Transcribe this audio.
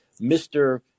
Mr